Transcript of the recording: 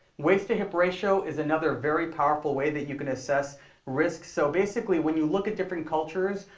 waist-to-hip ratio is another very powerful way that you can assess risk. so basically, when you look at different cultures,